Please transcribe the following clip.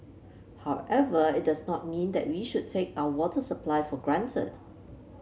however it does not mean that we should take our water supply for granted